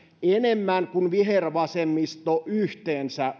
enemmän valtionvelkaa kuin vihervasemmisto yhteensä